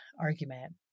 argument